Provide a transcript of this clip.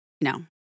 No